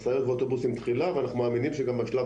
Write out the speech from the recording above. משאיות ואוטובוסים תחילה ואנחנו מאמינים שגם בשלב